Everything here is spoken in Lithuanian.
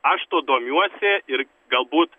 aš tuo domiuosi ir galbūt